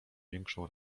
większą